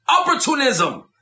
opportunism